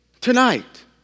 tonight